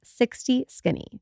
60skinny